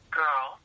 girl